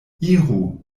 iru